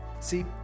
see